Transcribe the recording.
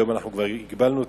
היום אנחנו כבר הגבלנו אותם,